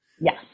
Yes